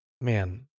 man